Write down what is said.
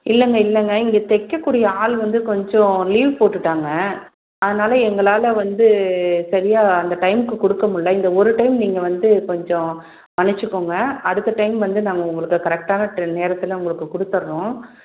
இல்லைங்க இல்லைங்க இங்கே தைக்கக்கூடிய ஆள் வந்து கொஞ்சம் லீவ் போட்டுட்டாங்க அதனால் எங்களால் வந்து சரியாக அந்த டைம்க்கு கொடுக்க முடியல இந்த ஒரு டைம் நீங்கள் வந்து கொஞ்சம் மன்னிச்சிக்கோங்க அடுத்த டைம் வந்து நாங்கள் உங்களுக்கு கரெக்டான நேரத்தில் உங்களுக்கு கொடுத்துட்றோம்